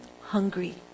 hungry